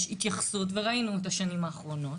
יש התייחסות, וראינו את השנים האחרונות,